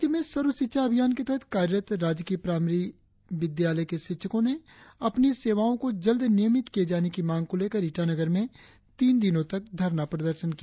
राज्य में सर्वशिक्षा अभियान के तहत कार्यरत राजकीय प्राईमरी के शिक्षको ने अपनी सेवाओं को जल्द नियमित किये जाने की मांग को लेकर ईटानगर में तीन दिनों तक धरना प्रदर्शन किया